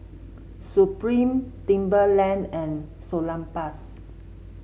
Supreme Timberland and Salonpas